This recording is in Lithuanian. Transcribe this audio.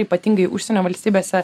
ypatingai užsienio valstybėse